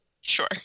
sure